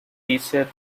caesar